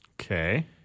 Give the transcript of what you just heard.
Okay